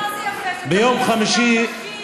חברת הכנסת ברקו,